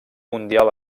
mundial